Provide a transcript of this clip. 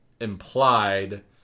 implied